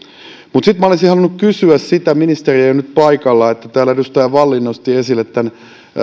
mutta sitten minä olisin halunnut kysyä sitä ministeri ei ei ole nyt paikalla minkä täällä edustaja wallin nosti esille